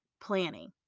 planning